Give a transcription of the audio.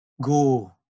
Go